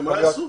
שמה יעשו?